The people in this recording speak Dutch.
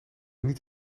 niet